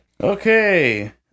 Okay